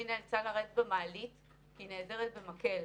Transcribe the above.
והיא נאלצה לרדת במעלית כי היא נעזרת במקל.